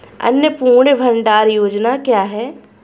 अन्नपूर्णा भंडार योजना क्या है?